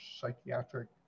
psychiatric